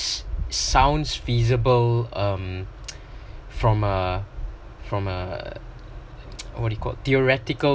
s~ sounds feasible um from uh from uh what do you call theoretical